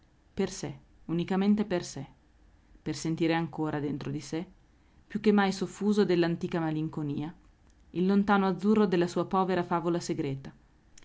per sé unicamente per sé per sentire ancora dentro di sé più che mai soffuso dell'antica malinconia il lontano azzurro della sua povera favola segreta